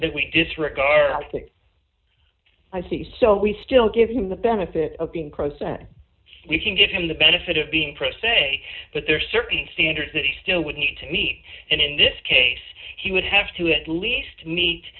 that we disregard i think i see so we still give him the benefit of being president we can give him the benefit of being pressed say but there are certain standards that he still would need to be and in this case he would have to at least meet